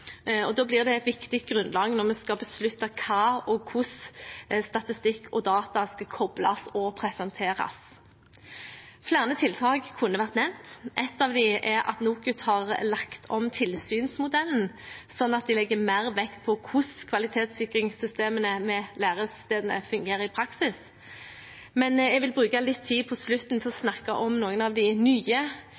et viktig grunnlag når vi skal beslutte hvordan statistikk og data skal kobles og presenteres. Flere tiltak kunne vært nevnt. Et av dem er at NOKUT har lagt om tilsynsmodellen slik at det legges mer vekt på hvordan kvalitetssikringssystemene ved lærestedene fungerer i praksis. Men jeg vil bruke litt tid til slutt på å snakke om noen av de nye